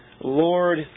Lord